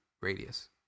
radius